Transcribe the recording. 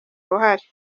ruhare